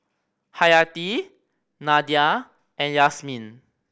Hayati Nadia and Yasmin